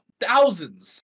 thousands